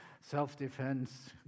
self-defense